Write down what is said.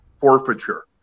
forfeiture